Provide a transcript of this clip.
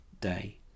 day